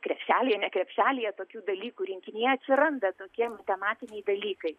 krepšelyje ne krepšelyje tokių dalykų rinkiniai atsiranda tokie matematiniai dalykai